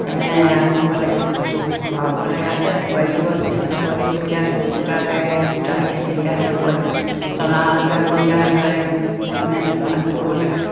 সেই মানে এৰাল দিব লাগে আকৌ ভৰাব লাগে আছে পোৱালীও আছে পোৱালিবোৰ এতিয়া দুটাকৈ দুটা দিয়ে তিনিটা দিয়ে পোৱালী টনা আজোৰা কৰি আৰু এইফালে মানে বান্ধিবও লাগে